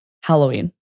Halloween